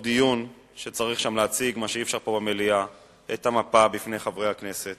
לדיון שצריך להציג בו בפני חברי הכנסת